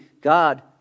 God